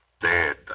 dead